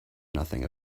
nothing